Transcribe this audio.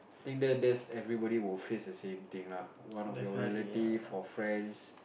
think that that's everybody will face the same thing lah one of your relative or friends